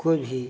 कोई भी